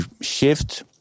shift